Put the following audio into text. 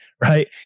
right